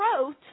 wrote